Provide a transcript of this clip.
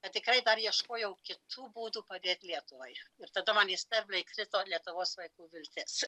kad tikrai dar ieškojau kitų būdų padėt lietuvai ir tada man į sterblę įkrito lietuvos vaikų viltis